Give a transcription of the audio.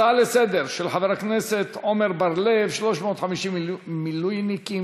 נעבור להצעה לסדר-היום בנושא: 350 מילואימניקים